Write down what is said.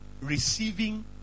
receiving